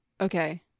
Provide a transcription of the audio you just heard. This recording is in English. okay